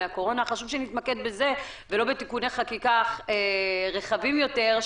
חשוב שנתמקד בזה ולא בתיקוני חקיקה רחבים יותר,